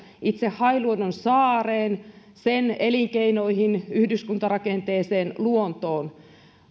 itse hailuodon saareen sen elinkeinoihin yhdyskuntarakenteeseen luontoon